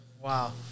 Wow